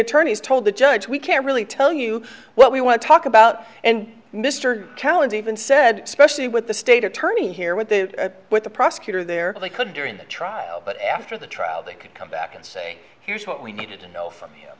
attorneys told the judge we can't really tell you what we want to talk about and mr talent even said especially with the state attorney here with the with the prosecutor there they could during the trial but after the trial they could come back and say here's what we needed to know from